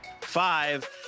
Five